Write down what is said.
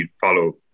follow